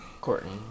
Courtney